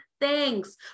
thanks